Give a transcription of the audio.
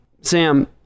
Sam